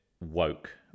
woke